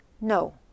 No